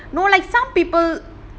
no like some people